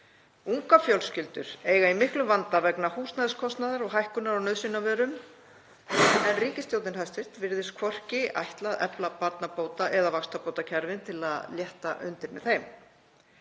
Ungar fjölskyldur eiga í miklum vanda vegna húsnæðiskostnaðar og hækkunar á nauðsynjavörum en hæstv. ríkisstjórn virðist hvorki ætla að efla barnabóta- eða vaxtabótakerfið til að létta undir með þeim.